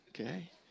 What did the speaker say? Okay